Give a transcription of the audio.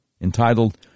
Entitled